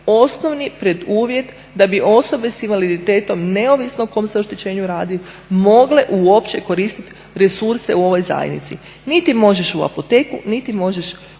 osnovni preduvjet da bi osobe sa invaliditetom neovisno o kom se oštećenju radi mogle uopće koristiti resurse u ovoj zajednici. Niti možeš u apoteku, niti možeš